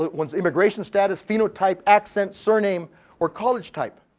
one's immigration status, phenotype, accent, surname or college type.